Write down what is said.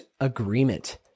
agreement